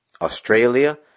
Australia